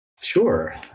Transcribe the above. Sure